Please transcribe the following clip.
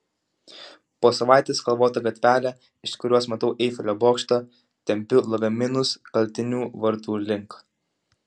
po savaitės kalvota gatvele iš kurios matau eifelio bokštą tempiu lagaminus kaltinių vartų link